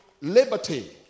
liberty